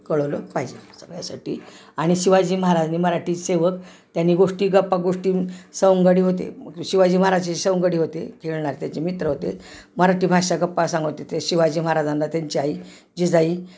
कळलं पाहिजे सगळ्यासाठी आणि शिवाजी महाराजांनी मराठी सेवक त्यांनी गोष्टी गप्पा गोष्टी सवंगडी होते शिवाजी महाराजाची संवगडी होते खेळणार त्याचे मित्र होते मराठी भाषा गप्पा सांगत होते ते शिवाजी महाराजांना त्यांची आई जिजाई